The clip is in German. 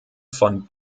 von